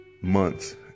months